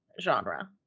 genre